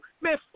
Man